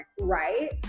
right